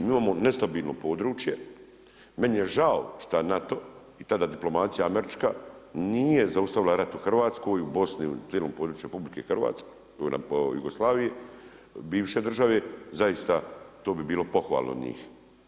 Mi imamo nestabilno područje, meni je žao šta NATO i tada diplomacija američka nije zaustavila rat u Hrvatskoj, u Bosni, u cijelom području RH, … bivše države, zaista to bi bilo pohvalno od njih.